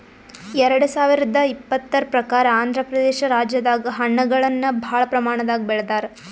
ಎರಡ ಸಾವಿರದ್ ಇಪ್ಪತರ್ ಪ್ರಕಾರ್ ಆಂಧ್ರಪ್ರದೇಶ ರಾಜ್ಯದಾಗ್ ಹಣ್ಣಗಳನ್ನ್ ಭಾಳ್ ಪ್ರಮಾಣದಾಗ್ ಬೆಳದಾರ್